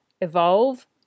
evolve